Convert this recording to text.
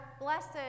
blessed